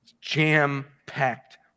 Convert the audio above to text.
jam-packed